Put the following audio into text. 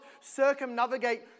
circumnavigate